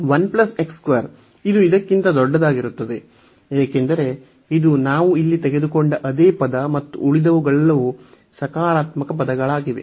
1 ಇದು ಇದಕ್ಕಿಂತ ದೊಡ್ಡದಾಗಿರುತ್ತದೆ ಏಕೆಂದರೆ ಇದು ನಾವು ಇಲ್ಲಿ ತೆಗೆದುಕೊಂಡ ಅದೇ ಪದ ಮತ್ತು ಉಳಿದವುಗಳೆಲ್ಲವೂ ಸಕಾರಾತ್ಮಕ ಪದಗಳಾಗಿವೆ